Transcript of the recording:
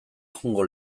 joango